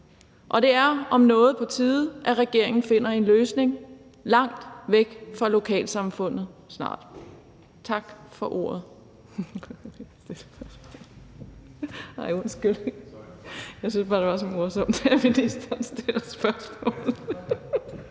og det er om noget på tide, at regeringen finder en løsning langt væk fra lokalsamfundet snart. Tak for ordet.